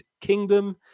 Kingdom